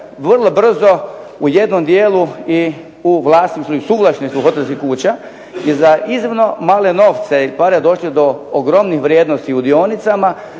vrlo brzo u jednom dijelu i u vlasništvu i suvlasništvu hotelskih kuća i za iznimno male novce i pare došli do ogromnih vrijednosti u dionicama,